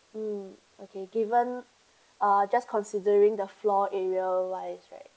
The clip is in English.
mm okay given uh just considering the floor area wise right